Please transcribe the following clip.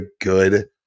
good